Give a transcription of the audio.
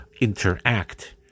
interact